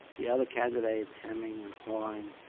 the other candidates hemming and hawing.